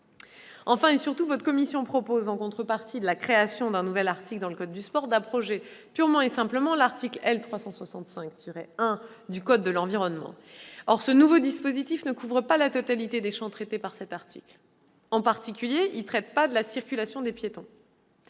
Enfin, et surtout, votre commission propose, en contrepartie de la création d'un nouvel article dans le code du sport, d'abroger purement et simplement l'article L. 365-1 du code de l'environnement. Or le nouveau dispositif ne couvre pas la totalité des champs traités par cet article : en particulier, il ne traite pas de la circulation des piétons.